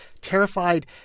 terrified